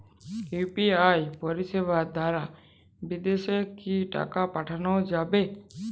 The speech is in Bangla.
ইউ.পি.আই পরিষেবা দারা বিদেশে কি টাকা পাঠানো যাবে?